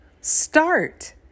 Start